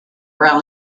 around